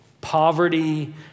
poverty